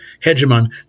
hegemon